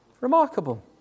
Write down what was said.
Remarkable